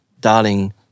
darling